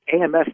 AMS